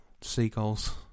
Seagulls